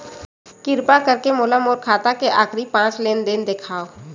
किरपा करके मोला मोर खाता के आखिरी पांच लेन देन देखाव